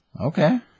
Okay